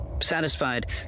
Satisfied